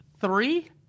Three